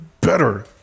better